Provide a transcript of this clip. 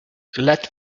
let